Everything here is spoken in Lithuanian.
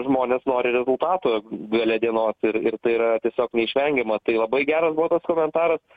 žmonės nori rezultato gale dienos ir tai yra tiesiog neišvengiama tai labai geras buvo tas komentaras